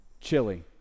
Chili